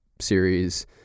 series